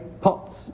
Pots